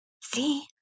See